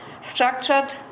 structured